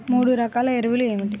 మూడు రకాల ఎరువులు ఏమిటి?